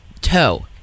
toe